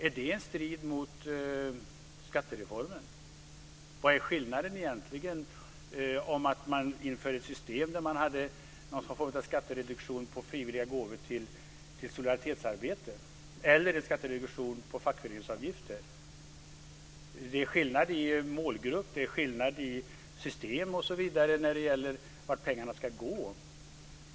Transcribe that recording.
Är det i strid med skattereformen? Vad är egentligen skillnaden mellan att införa ett system med skattereduktion för frivilliga gåvor till solidaritetsarbete och att ha en skattereduktion för fackföreningsavgifter? Det är skillnad i målgrupp, i system osv. när det gäller vart pengarna ska gå.